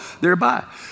thereby